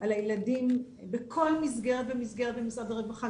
על הילדים בכל מסגרת ומסגרת במשרד הרווחה,